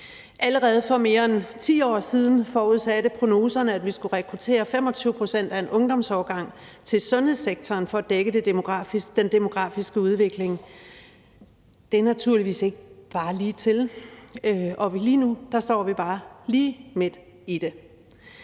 Allerede for mere end 10 år siden forudsatte prognoserne, at vi skulle rekruttere 25 pct. af en ungdomsårgang til sundhedssektoren for at dække den demografiske udvikling, men det er naturligvis ikke bare lige til, og lige nu står vi bare lige midt i det.